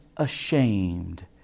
Ashamed